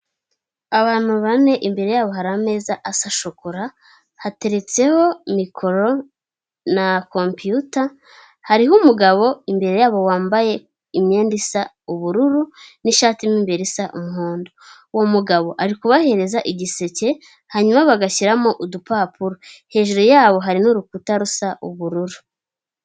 Abantu bane imbere yabo hari ameza asa shokora, hateretseho mikoro na compiyuta, hariho umugabo imbere yabo wambaye imyenda isa ubururu n'ishati mo imbere isa umuhondo. Uwo mugabo ari kubahereza igiseke, hanyuma bagashyiramo udupapuro. Hejuru yabo hari n'urukuta rusa ubururu.